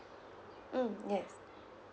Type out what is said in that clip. mm yes